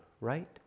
right